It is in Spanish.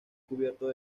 cubiertos